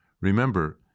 Remember